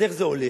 אז איך זה הולך?